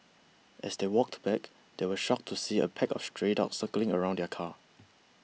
as they walked back they were shocked to see a pack of stray dogs circling around the car